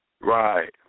Right